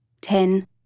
Ten